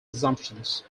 assumptions